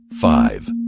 five